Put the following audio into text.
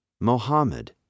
Mohammed